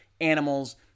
animals